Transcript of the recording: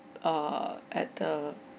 err at the